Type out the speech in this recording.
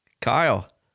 Kyle